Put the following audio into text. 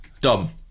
Dom